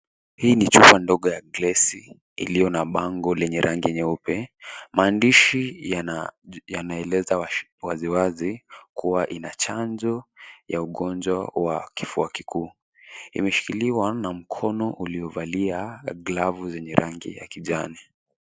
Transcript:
Hii ni chupa ndogo ya glesi iliyo na bango lenye rangi nyeupe. Maandishi yanaeleza wazi wazi kuwa ina chanjo ya ugonjwa wa kifua kikuu. Imeshikiliwa na mkono uliovalia glavu zenye rangi ya kijani.